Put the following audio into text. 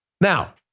Now